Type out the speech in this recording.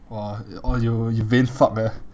!wah! oh you you vain fuck eh